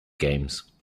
games